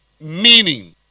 meaning